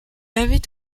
avait